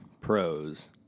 pros